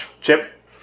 Chip